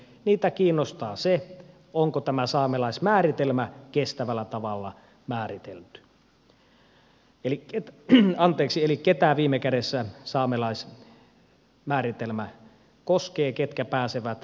heitä kiinnostaa se onko tämä saamelaismääritelmä kestävällä tavalla määritelty eli keitä viime kädessä saamelaismääritelmä koskee ketkä pääsevät vaaliluetteloon